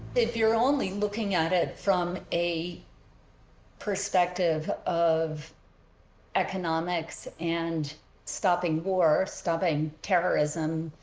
if you're only looking at it from a perspective of economics and stopping war stopping terrorism,